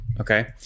Okay